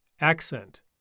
Accent